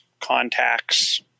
contacts